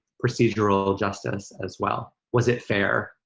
procedural justice as well. was it fair,